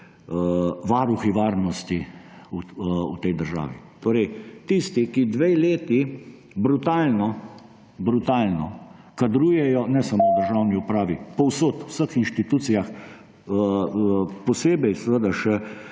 varuhi varnosti v tej državi. Torej tisti, ki dve leti brutalno kadrujejo ne samo v državni upravi, povsod, v vseh inštitucijah, posebej še